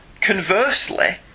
conversely